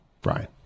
Brian